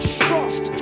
trust